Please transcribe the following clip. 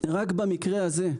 רק במקרה הזה,